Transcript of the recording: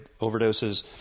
overdoses